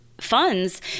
funds